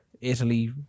Italy